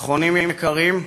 ואחרונים יקרים,